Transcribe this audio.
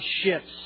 ships